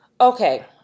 okay